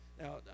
Now